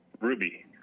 Ruby